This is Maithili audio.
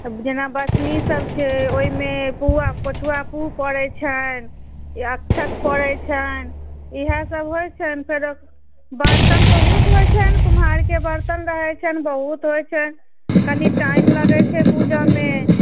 जेना बछनी सब छै ओहिमे पुआ पोछुआ पु पड़ैत छनि अक्षत पड़ैत छनि इएह सब होइत छनि फेर बर्तन बहुत होइत छनि कुम्हारके बर्तन रहैत छनि बहुत होइत छनि कनी टाइम लगैत छै पुजैमे